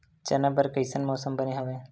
चना बर कइसन मौसम बने हवय?